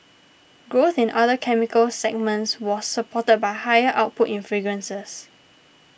growth in other chemicals segment was supported by higher output in fragrances